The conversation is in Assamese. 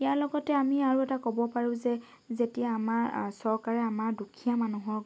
ইয়াৰ লগতে আমি আৰু এটা ক'ব পাৰো যে যেতিয়া আমাৰ চৰকাৰে আমাৰ দুখীয়া মানুহক